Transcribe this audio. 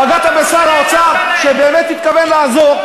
פגעת בשר האוצר, שבאמת התכוון לעזור.